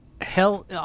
hell